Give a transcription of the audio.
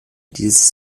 dieses